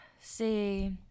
See